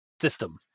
System